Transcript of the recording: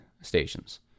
stations